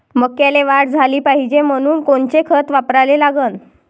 मक्याले वाढ झाली पाहिजे म्हनून कोनचे खतं वापराले लागन?